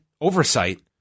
oversight